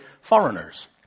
foreigners